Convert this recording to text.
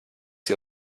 sie